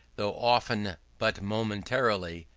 though often but momentarily,